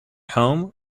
home